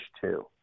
two